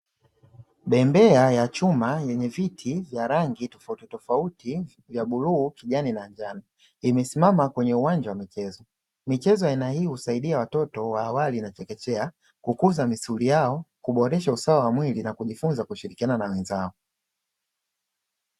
Bembea ya chuma yenye viti vya rangi tofauti tofauti vya bluu, kijani, na njano, imesimama kwenye uwanja wa michezo. Michezo ya aina hii husaidia watoto wa awali na chekechea, kukuza misuli yao, kuboresha usawa wa mwili na kujifunza kushirikiana na wenzao.